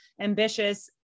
ambitious